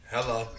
Hello